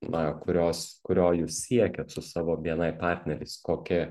na kurios kurio jūs siekiat su savo bni partneriais kokia